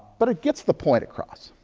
but it gets the point across.